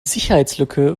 sicherheitslücke